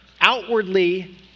outwardly